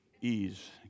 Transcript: ease